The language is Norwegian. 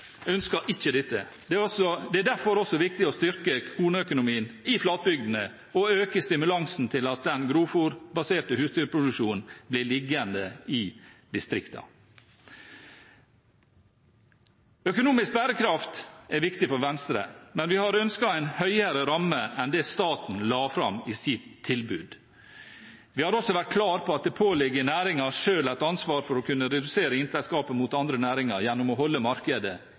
ønsker ikke dette. Det er derfor også viktig å styrke kornøkonomien i flatbygdene og øke stimulansen til at den grovfôrbaserte husdyrproduksjonen blir liggende i distriktene. Økonomisk bærekraft er viktig for Venstre, men vi har ønsket en høyere ramme enn det staten la fram i sitt tilbud. Vi har også vært klar på at det påligger næringen selv et ansvar for å kunne redusere inntektsgapet mot andre næringer gjennom å holde markedet